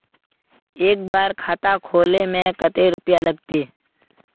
एक बार खाता खोले में कते रुपया लगते?